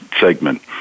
segment